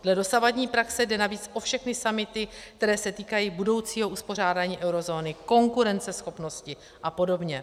Dle dosavadní praxe jde navíc o všechny summity, které se týkají budoucího uspořádání eurozóny, konkurenceschopnosti a podobně.